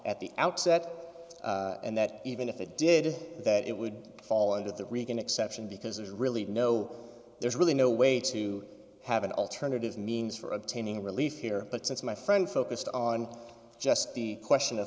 at the outset and that even if it did that it would fall under the reagan exception because there's really no there's really no way to have an alternative means for obtaining relief here but since my friend focused on just the question of